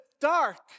dark